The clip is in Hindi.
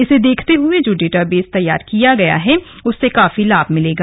इसे देखते हुए जो डाटाबेस तैयार किया है उससे काफी लाभ मिलेगा